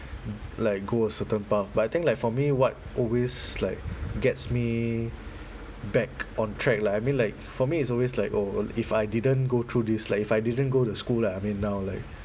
like go a certain path but I think like for me what always like gets me back on track lah I mean like for me it's always like oh if I didn't go through this like if I didn't go the school like I mean now like